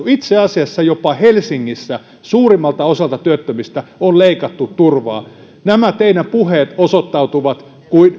itse asiassa jopa helsingissä suurimmalta osalta työttömistä on leikattu turvaa nämä teidän puheenne osoittautuvat